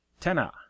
Tena